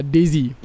Daisy